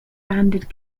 banded